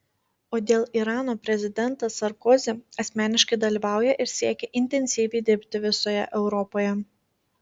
o dėl irano prezidentas sarkozy asmeniškai dalyvauja ir siekia intensyviai dirbti visoje europoje